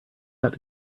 ought